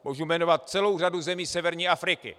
Můžu jmenovat celou řadu zemí severní Afriky.